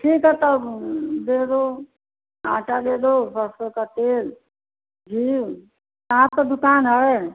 ठीक है तो दे दो आटा दे दो सरसों का तेल घिऊ आपका दुकान है